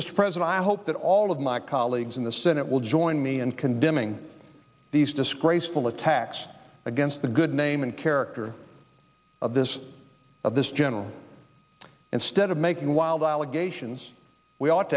mr president i hope that all of my colleagues in the senate will join me in condemning these disgraceful attacks against the good name and character of this of this general instead of making wild allegations we ought